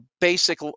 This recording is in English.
basic